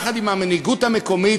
יחד עם המנהיגות המקומית,